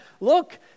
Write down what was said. look